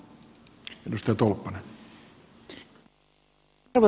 arvoisa puhemies